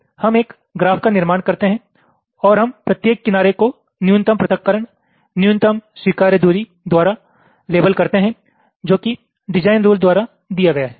तो हम एक ग्राफ का निर्माण करते हैं और हम प्रत्येक किनारे को न्यूनतम पृथक्करण न्यूनतम स्वीकार्य दूरी द्वारा लेबल करते हैं जो कि डिजाइन रुल द्वारा दिया गया है